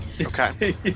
okay